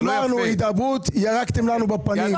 אמרנו הידברות - ירקתם לנו בפנים.